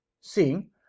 seeing